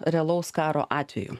realaus karo atveju